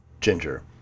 Ginger